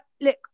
Look